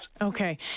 Okay